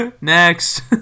next